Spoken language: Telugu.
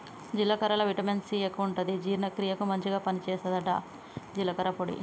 జీలకర్రల విటమిన్ సి ఎక్కువుంటది జీర్ణ క్రియకు మంచిగ పని చేస్తదట జీలకర్ర పొడి